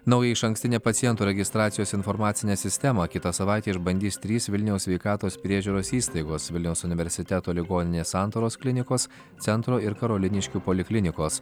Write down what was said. naują išankstinė pacientų registracijos informacinę sistemą kitą savaitę išbandys trys vilniaus sveikatos priežiūros įstaigos vilniaus universiteto ligoninės santaros klinikos centro ir karoliniškių poliklinikos